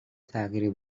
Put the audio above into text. تغییر